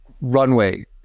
runway